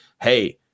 Hey